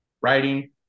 writing